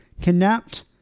kidnapped